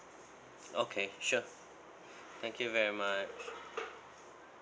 okay sure thank you very much